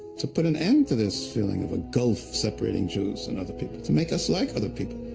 to put an end to this feeling of a gulf separating jews and other people, to make us like other people,